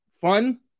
fun